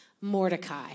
Mordecai